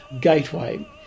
gateway